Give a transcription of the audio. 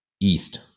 East